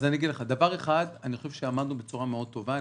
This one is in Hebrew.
אז אני אגיד לך: דבר אחד אני חושב שעמדנו בצורה מאוד טובה.